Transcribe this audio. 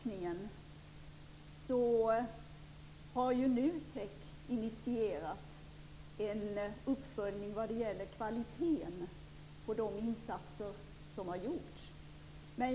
NUTEK har initierat en uppföljning av kvaliteten på de insatser som har gjorts inom ramen för EU forskningen.